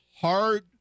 hard